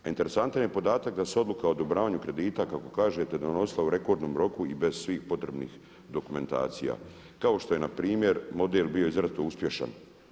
A interesantan je podatak da se odluka u odobravanju kredita kako kažete donosila u rekordnom roku i bez svih potrebnih dokumentacija kao što je npr. model bio izrazito uspješan.